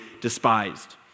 despised